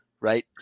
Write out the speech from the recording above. Right